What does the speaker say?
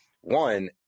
One